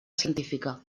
científica